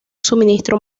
suministro